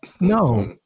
No